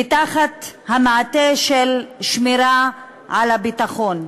ותחת המעטה של שמירה על הביטחון.